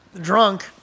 drunk